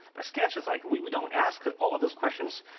a sketch is like we don't ask all those questions,